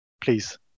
please